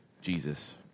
Jesus